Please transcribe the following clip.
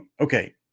Okay